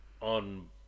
on